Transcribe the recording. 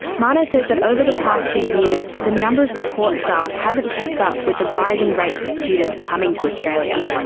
mano says that over the past few years the number of support staff hasn't kept up with the rising rates of students coming to australia.